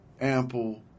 ample